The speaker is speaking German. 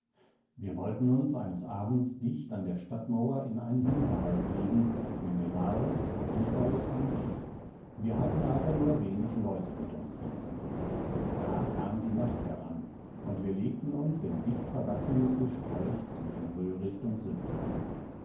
wir wollten uns eines abends dicht an der stadtmauer in einen hinterhalt legen menelaos odysseus und ich wir hatten aber nur wenig leute mit uns genommen da kam die nacht heran und wir legten uns in dichtverwachsenes gesträuch zwischen röhricht und sümpfen